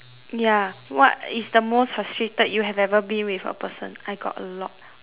ya what is the most frustrated you have ever been with a person I got a lot